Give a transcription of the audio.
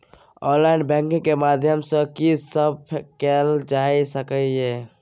Online banking के माध्यम सं की सब कैल जा सके ये?